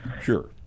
Sure